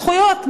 זכויות,